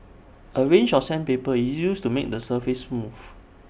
A range of sandpaper is used to make the surface smooth